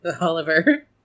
Oliver